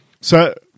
So-